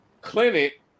clinic